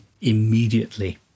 immediately